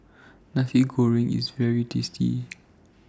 Nasi Goreng IS very tasty